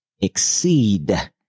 exceed